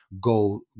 goal